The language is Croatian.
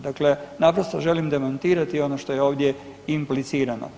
Dakle, naprosto želim demantirati ono što je ovdje implicirano.